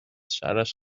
شرش